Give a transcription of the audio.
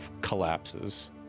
collapses